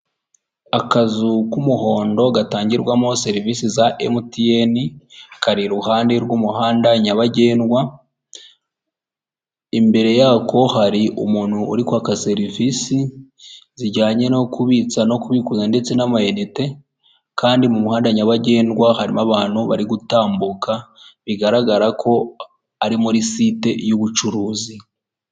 Akazu k'umuhondo gatangirwamo serivisi za MTN kari iruhande rw'umuhanda nyabagendwa imbere yako hari umuntu uri kwaka serivisi zijyanye no kubitsa no kubikuza ndetse n'ama inite kandi mu muhanda nyabagendwa harimo abantu bari gutambuka bigaragara ko ari muri site y'ubucuruzi .